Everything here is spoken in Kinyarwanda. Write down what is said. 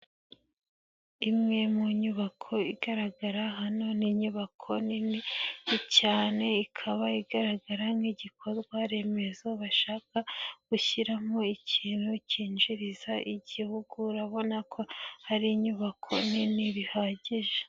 Imwe mu nyubako igaragara hano n'inyubako nini cyane, ikaba igaragara nk'igikorwa remezo bashaka gushyiramo ikintu cyinjiriza igihugu, urabona ko hari inyubako nini bihagije.